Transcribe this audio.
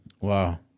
Wow